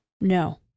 No